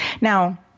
Now